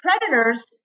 predators